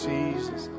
Jesus